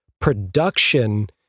production